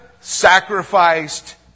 sacrificed